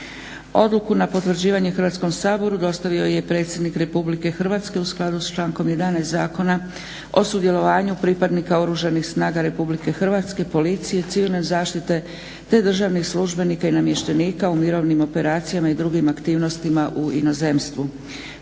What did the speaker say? Odluku na potvrđivanje Hrvatskom saboru dostavio je predsjednik Republike Hrvatske u skladu s člankom 11. zakona o sudjelovanju pripadnika Oružanih snaga Republike Hrvatske, policije, civilne zaštite, te državnih službenika i namještenika u mirovnim operacijama i drugim aktivnostima u inozemstvu.